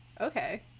Okay